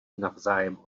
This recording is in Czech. navzájem